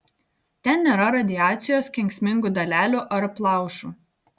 ten nėra radiacijos kenksmingų dalelių ar plaušų